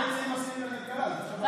את זה עושים בכלכלה, אוקיי.